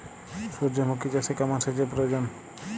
সূর্যমুখি চাষে কেমন সেচের প্রয়োজন?